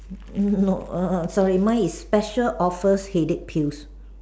no err sorry mine is special offer headache pills